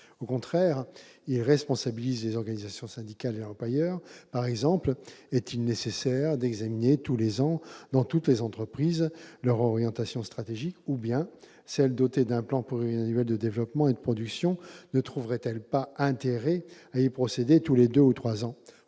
au contraire, il responsabilise les organisations syndicales et l'employeur. Par exemple, est-il nécessaire d'examiner tous les ans dans toutes les entreprises leurs orientations stratégiques ? Les entreprises dotées d'un plan pluriannuel de développement et de production ne trouveraient-elles pas intérêt à y procéder tous les deux ou trois ans,